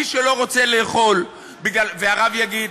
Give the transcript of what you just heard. מי שלא רוצה לאכול והרב יגיד,